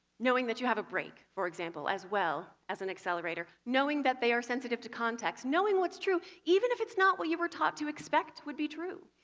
knowing that you have a brake, for example, as well as an accelerator. knowing that they're sensitive to context, knowing what's true even if it's not what you were taught to expect would be true,